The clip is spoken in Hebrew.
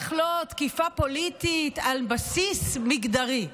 בטח לא תקיפה פוליטית על בסיס מגדרי.